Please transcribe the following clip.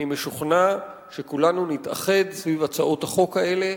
אני משוכנע שכולנו נתאחד סביב הצעות החוק האלה,